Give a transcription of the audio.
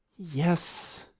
yes,